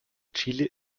chile